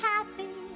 Happy